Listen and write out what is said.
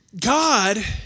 God